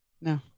No